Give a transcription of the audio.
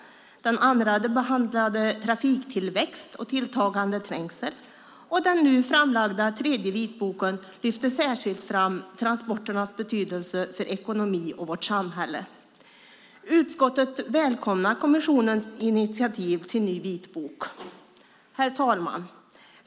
Den andra behandlade trafiktillväxt och tilltagande trängsel. Den nu framlagda tredje vitboken lyfter särskilt fram transporternas betydelse för ekonomin och vårt samhälle. Utskottet välkomnar kommissionens initiativ till en ny vitbok. Herr talman!